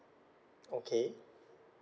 okay